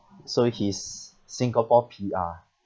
so he's singapore P_R